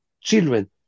children